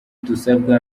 dusabwa